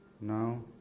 now